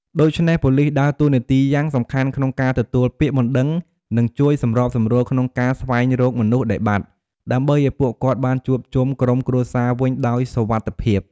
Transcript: ដូច្នេះប៉ូលិសដើរតួនាទីយ៉ាងសំខាន់ក្នុងការទទួលពាក្យបណ្តឹង និងជួយសម្របសម្រួលក្នុងការស្វែងរកមនុស្សដែលបាត់ ដើម្បីឱ្យពួកគាត់បានជួបជុំក្រុមគ្រួសារវិញដោយសុវត្ថិភាព។